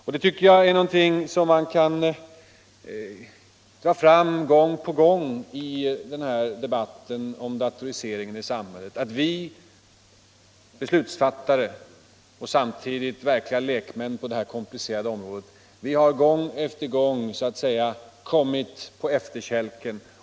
Det är, tycker jag, någonting som kan sägas gång på gång om datoriseringen i samhället. Vi beslutsfattare och samtidigt verkliga lekmän på detta komplicerade område hhar gång på gång så att säga kommit på efterkälken.